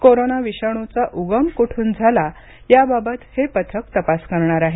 corona विषाणूचा उगम कोठून झाला याबाबत हे पथक तपास करणार आहे